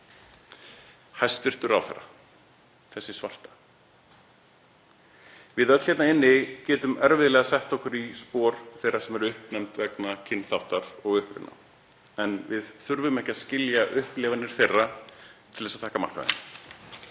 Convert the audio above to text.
Hæstv. ráðherra. Þessi svarta. Við öll hérna inni getum erfiðlega sett okkur í spor þeirra sem eru uppnefnd vegna kynþáttar og uppruna en við þurfum ekki að skilja upplifanir þeirra til þess að taka mark